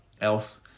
else